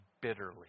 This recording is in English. bitterly